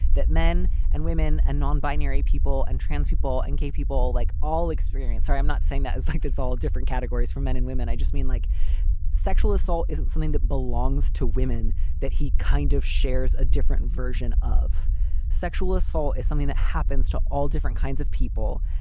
that men and women and non-binary people and trans people and gay people like all experience. sorry, i'm not saying that. i think it's all different categories from men and women. i just mean, like sexual assault isn't something that belongs to women that he kind of shares. a different version of sexual assault is something that happens to all different kinds of people.